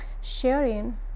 sharing